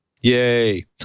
Yay